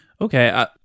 Okay